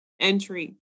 entry